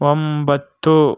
ಒಂಬತ್ತು